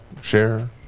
share